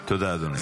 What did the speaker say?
תודה, אדוני.